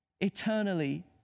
eternally